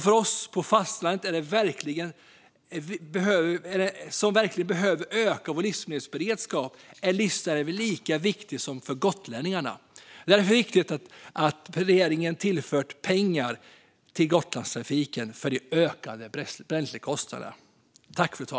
För oss på fastlandet som verkligen behöver öka vår livsmedelsberedskap är livsnerven lika viktig som för gotlänningarna. Det är därför viktigt att regeringen har tillfört pengar till Gotlandstrafiken för de ökade bränslekostnaderna.